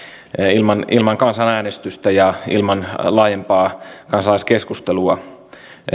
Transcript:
ilman ilman kansanäänestystä ja ilman laajempaa kansalaiskeskustelua